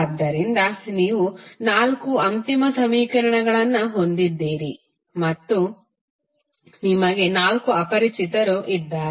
ಆದ್ದರಿಂದ ನೀವು ನಾಲ್ಕು ಅಂತಿಮ ಸಮೀಕರಣಗಳನ್ನು ಹೊಂದಿದ್ದೀರಿ ಮತ್ತು ನಿಮಗೆ ನಾಲ್ಕು ಅಪರಿಚಿತರು ಇದ್ದಾರೆ